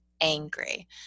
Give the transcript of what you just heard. angry